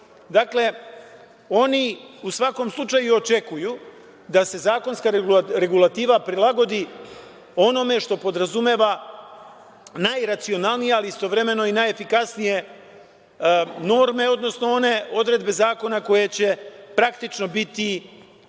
oni u svakom slučaju očekuju da se zakonska regulativa prilagodi onome što podrazumeva najracionalnije, ali istovremeno i najefikasnije norme, odnosno one odredbe zakona koje će praktično biti